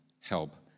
help